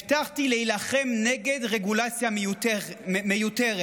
הבטחתי להילחם נגד רגולציה מיותרת.